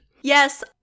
Yes